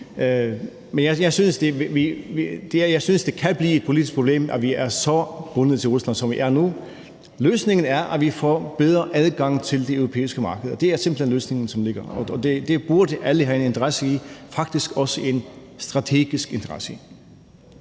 Men jeg synes, det kan blive et politisk problem, at vi er så bundet til Rusland, som vi er nu, og løsningen er, at vi får bedre adgang til de europæiske markeder. Det er simpelt hen løsningen, som ligger, og det burde alle have en interesse i, og faktisk også en strategisk interesse.